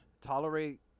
tolerate